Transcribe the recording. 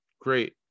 Great